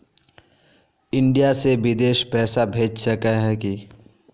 India से बिदेश पैसा भेज सके है की?